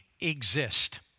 exist